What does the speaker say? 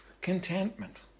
contentment